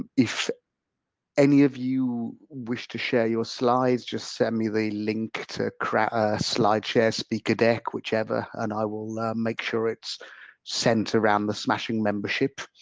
and if any of you wish to share your slides just send me the link to slideshare, speakerdeck, whichever and i will make sure it's sent around the smashing membership.